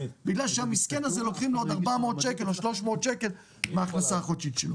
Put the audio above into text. בגלל שהמסכן הזה לוקחים לו עוד 400 שקל או 300 שקל מההכנסה החודשית שלו.